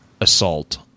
assault